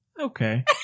Okay